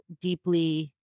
deeply